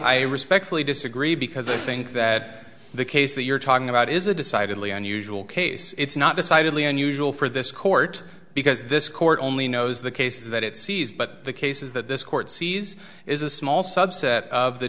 i respectfully disagree because i think that the case that you're talking about is a decidedly unusual case it's not decidedly unusual for this court because this court only knows the case that it sees but the cases that this court sees is a small subset of the